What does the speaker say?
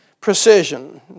precision